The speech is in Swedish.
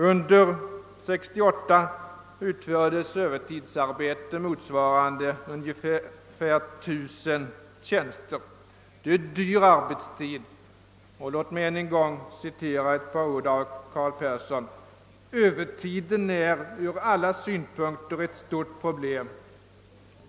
Under år 1968 utfördes övertidsarbete motsvarande ungefär 1 000 tjänster. Det är dyr arbetstid. Låt mig än en gång citera några ord av Carl Persson: »Övertiden är ur alla synpunkter ett stort problem.